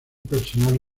personal